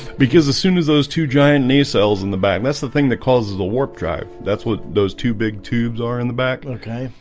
because as soon as those two giant knee cells in the back. that's the thing that causes a warp drive that's what those two big tubes are in the back, okay?